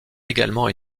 également